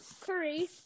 Curry